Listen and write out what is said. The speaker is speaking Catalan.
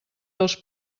dels